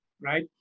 right